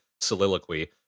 soliloquy